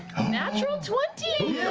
natural twenty!